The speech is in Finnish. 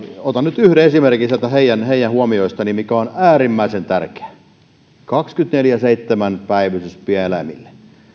otan nyt yhden esimerkin sieltä heidän huomioistaan mikä on äärimmäisen tärkeä kaksikymmentäneljä kautta seitsemän päivystys pieneläimille